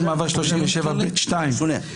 בסעיף 37(ב)(2),